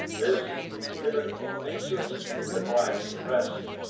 this giv'n to nisus, he divides the rest,